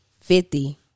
Fifty